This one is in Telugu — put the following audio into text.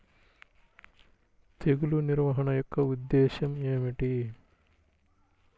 తెగులు నిర్వహణ యొక్క ఉద్దేశం ఏమిటి?